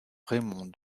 raymond